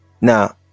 Now